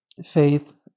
faith